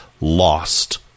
lost